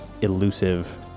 elusive